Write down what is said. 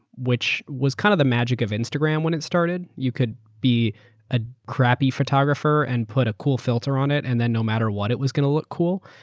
which was kind of the magic of instagram when it started. you could be a crappy photographer and put a cool filter on it and then no matter what, it was going to look cool.